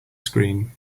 screen